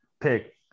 pick